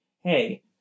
hey